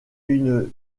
une